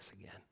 again